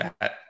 that-